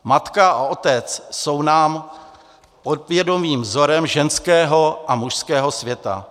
Matka a otec jsou nám podvědomým vzorem ženského a mužského světa.